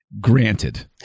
Granted